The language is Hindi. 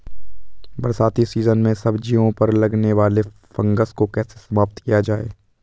बरसाती सीजन में सब्जियों पर लगने वाले फंगस को कैसे समाप्त किया जाए?